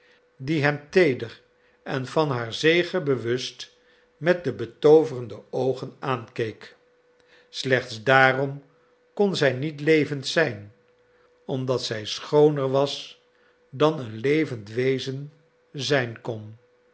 die hem teeder en van haar zege bewust met de betooverende oogen aankeek slechts daarom kon zij niet levend zijn omdat zij schooner was dan een levend wezen zijn kon